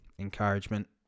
encouragement